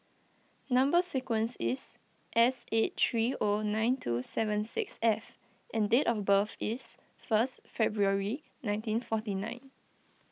Number Sequence is S eight three O nine two seven six F and date of birth is first February nineteen forty nine